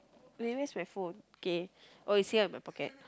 wait where's my phone K oh it's here in my pocket